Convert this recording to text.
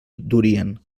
durien